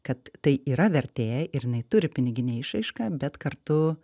kad tai yra vertė ir jinai turi piniginę išraišką bet kartu